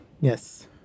Yes